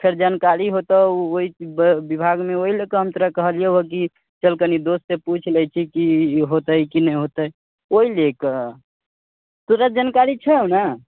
फेर जानकारी होतौ ओहि विभागमे ओहि लऽ कऽ हम तोरा कहलियौ हँ कि चल कनी दोस्तसँ पूछि लै छी कि होतै कि नहि होतै ओहि लऽ कऽ तोरा जानकारी छौ ने